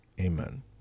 Amen